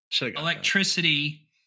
electricity